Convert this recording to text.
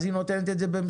אז היא נותנת את זה במשורה.